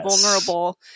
vulnerable